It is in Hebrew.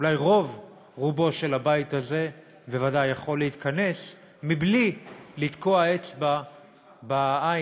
אולי רוב-רובו של הבית הזה בוודאי יכול להתכנס בלי לתקוע אצבע בעין